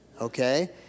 okay